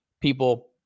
people